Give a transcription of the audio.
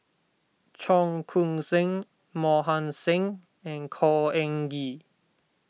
Cheong Koon Seng Mohan Singh and Khor Ean Ghee